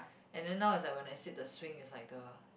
and then now is like when I sit the swing is like the